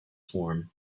form